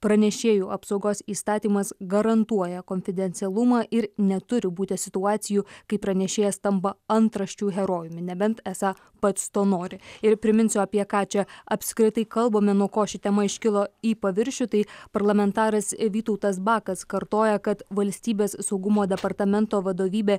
pranešėjų apsaugos įstatymas garantuoja konfidencialumą ir neturi būti situacijų kai pranešėjas tampa antraščių herojumi nebent esą pats to nori ir priminsiu apie ką čia apskritai kalbame nuo ko ši tema iškilo į paviršių tai parlamentaras vytautas bakas kartoja kad valstybės saugumo departamento vadovybė